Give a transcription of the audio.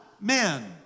men